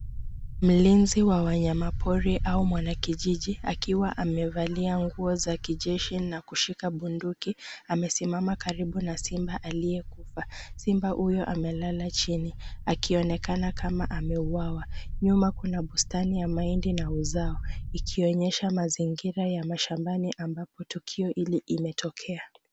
Mlinzi wa wanyama pori au mwanakijiji, akiwa amevalia nguo za kijeshi na kushika bunduki, amesimama karibu na simba aliyekufa. Simba huyu amelala chini akionekana kama ameuwawa. Nyuma kuna bustani ya mahindi na uzao, ikionyesha mazingira ya mashambani ambapo tukio hili imetokea.